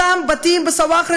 אותם בתים בסוואחרה,